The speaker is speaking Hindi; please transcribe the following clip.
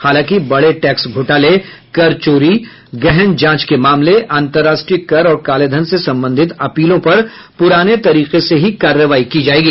हालांकि बड़े टैक्स घोटाले कर चोरी गहन जांच के मामले अंतर्राष्ट्रीय कर और कालेधन से संबंधित अपीलों पर पुराने तरीके से ही कार्रवाई की जाएगी